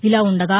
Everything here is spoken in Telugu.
ఇలా ఉండగా